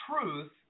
truth